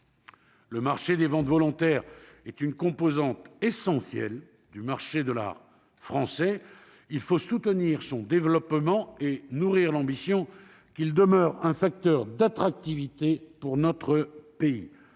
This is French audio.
Le marché des ventes volontaires est une composante essentielle du marché de l'art français. Il faut soutenir son développement et nourrir l'ambition qu'il demeure un facteur d'attractivité pour notre pays.